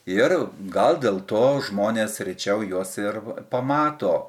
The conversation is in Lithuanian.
ir gal dėl to žmonės rečiau juos ir pamato